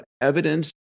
evidence